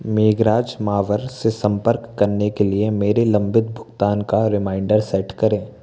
मेघराज मावर से संपर्क करने के लिए मेरे लंबित भुगतान का रिमाइंडर सेट करें